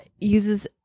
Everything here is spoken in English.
uses